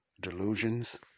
Delusions